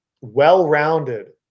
well-rounded